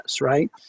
right